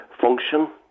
function